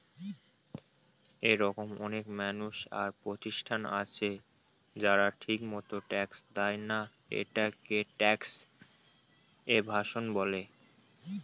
এরকম অনেক মানুষ আর প্রতিষ্ঠান আছে যারা ঠিকমত ট্যাক্স দেয়না, এটাকে ট্যাক্স এভাসন বলে